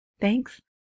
Thanks